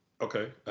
Okay